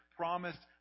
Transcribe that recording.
promised